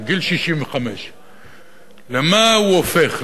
לגיל 65. למה הוא הופך,